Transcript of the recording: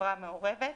חברה מעורבת,